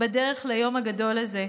בדרך ליום הגדול הזה.